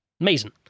Amazing